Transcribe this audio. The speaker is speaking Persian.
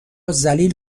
ذلیل